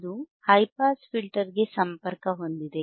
ಇದು high pass ಫಿಲ್ಟರ್ಗೆ ಸಂಪರ್ಕ ಹೊಂದಿದೆ